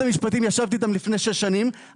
ישבתי לפני שש שנים עם משרד המשפטים,